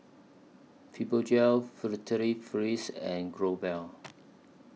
Fibogel Furtere Paris and Growell